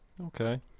Okay